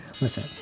Listen